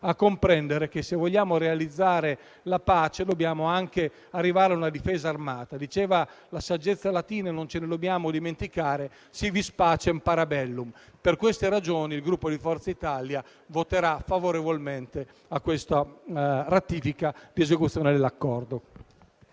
a comprendere che, se vogliamo realizzare la pace, dobbiamo anche arrivare a una difesa armata. Diceva la saggezza latina - non ce ne dobbiamo dimenticare - *si vis pacem, para bellum*. Per queste ragioni, il Gruppo Forza Italia voterà favorevolmente al disegno di legge di ratifica ed esecuzione dell'accordo.